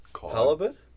halibut